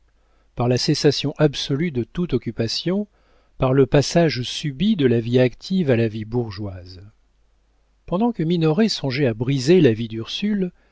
par la cessation absolue de toute occupation par le passage subit de la vie active à la vie bourgeoise pendant que minoret songeait à briser la vie d'ursule